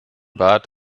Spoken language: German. bat